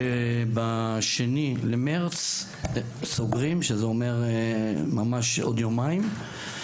שב-2 במרץ סוגרים, שזה אומר ממש עוד יומיים.